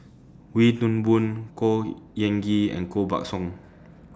Wee Toon Boon Khor Ean Ghee and Koh Buck Song